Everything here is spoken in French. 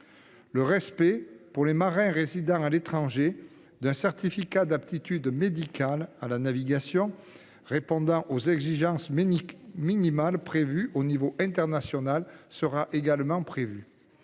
fourniture, par les marins résidant à l'étranger, d'un certificat d'aptitude médicale à la navigation répondant aux exigences minimales fixées à l'échelon international est également prévue.